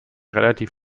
relativ